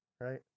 right